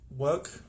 work